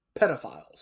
pedophiles